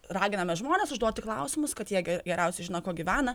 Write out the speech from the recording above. raginame žmones užduoti klausimus kad jie geriausiai žino kuo gyvena